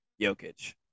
Jokic